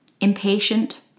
impatient